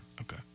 Okay